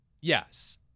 Yes